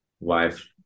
Wife